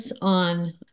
on